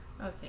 Okay